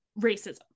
racism